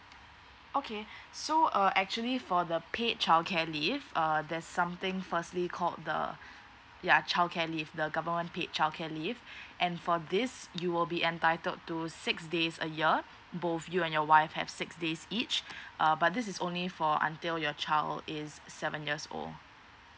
okay so uh actually for the paid childcare leave err there's something firstly called the ya childcare leave the government paid childcare leave and for this you will be entitled to six days a year both you and your wife have six days each err but this is only for until your child is seven years old